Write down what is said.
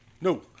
No